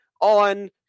on